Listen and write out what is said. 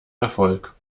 erfolg